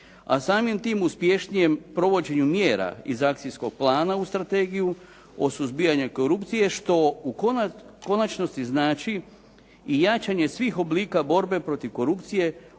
a samim tim i uspješnijem provođenju mjera iz akcijskog plana u Strategiju o suzbijanju korupcije, što u konačnici znači i jačanje svih oblika borbe protiv korupcije